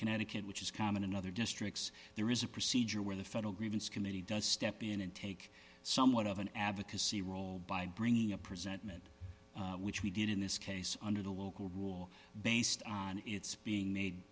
connecticut which is common in other districts there is a procedure where the federal grievance committee does step in and take somewhat of an advocacy role by bringing a present in it which we did in this case under the local rule based on its being made